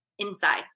inside